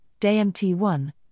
DMT1